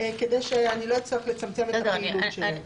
כדי שאני לא אצטרך לצמצם את הפעילות שלי.